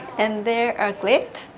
and there are grip,